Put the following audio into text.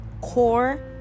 core